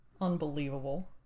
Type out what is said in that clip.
Unbelievable